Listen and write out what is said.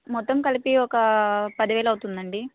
మొత్తం కలిపి ఒక పదివేలు అవుతుందండి